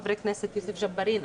חבר כנסת יוסף ג'בארין,